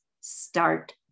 start